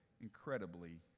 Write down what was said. incredibly